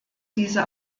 diese